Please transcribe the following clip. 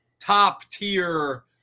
top-tier